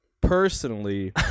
personally